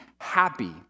happy